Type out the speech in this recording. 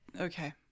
okay